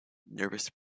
nervous